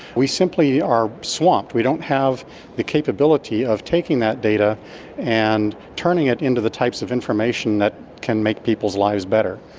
we simply are swapped. we don't have the capability of taking that data and turning it into the types of information that can make people's lives better.